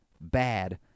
bad